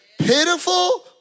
pitiful